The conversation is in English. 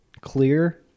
clear